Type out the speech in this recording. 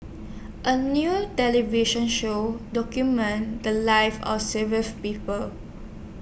A New television Show documented The Lives of People